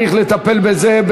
ולכן צריך לטפל בזה,